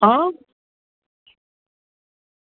हां